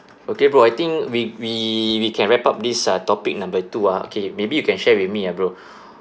okay bro I think we we we can wrap up this uh topic number two ah okay maybe you can share with me ah bro